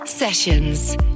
sessions